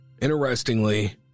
Interestingly